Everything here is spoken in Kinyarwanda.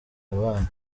abana